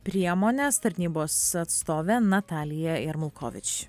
priemones tarnybos atstovė natalija jermukovič